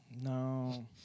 No